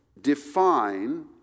define